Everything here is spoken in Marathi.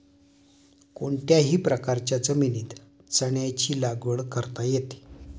कोणत्याही प्रकारच्या जमिनीत चण्याची लागवड करता येते